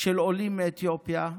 של עולים מאתיופיה,